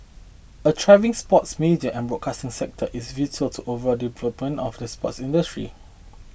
a thriving sports media and broadcasting sector is vital to over development of the sports industry